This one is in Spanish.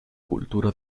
cultura